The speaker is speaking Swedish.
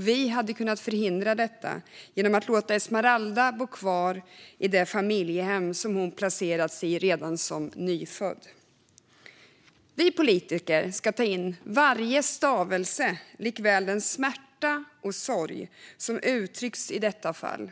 Vi hade kunnat förhindra detta genom att låta Esmeralda bo kvar i det familjehem som hon placerades i redan som nyfödd. Vi politiker ska här ta in varje stavelse likaväl som den smärta och sorg som uttrycks i detta fall.